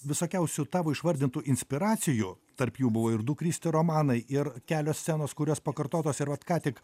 visokiausių tavo išvardintų inspiracijų tarp jų buvo ir du kristi romanai ir kelios scenos kurios pakartotos ir vat ką tik